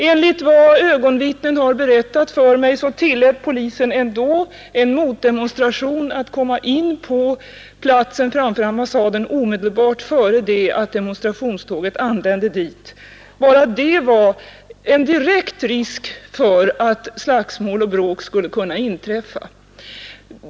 Enligt vad ögonvittnen har berättat för mig tillät polisen ändå en motdemonstration att komma in på platsen framför ambassaden omedelbart före det att demonstrationståget anlände dit. Bara det medförde en direkt risk för att slagsmål och bråk skulle kunna inträffa.